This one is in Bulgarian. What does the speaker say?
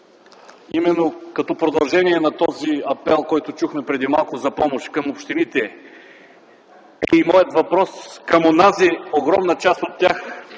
Именно като продължение на този апел, който чухме преди малко за помощ към общините, е и моят въпрос към онази огромна част от тях,